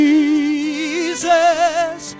Jesus